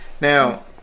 Now